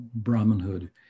Brahmanhood